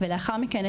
לאחר מכן,